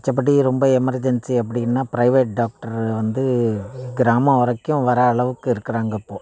மித்தபடி ரொம்ப எமர்ஜென்சி அப்பிடின்னா ப்ரைவேட் டாக்ட்ரு வந்து கிராம வரைக்கும் வர அளவுக்கு இருக்கிறாங்க இப்போது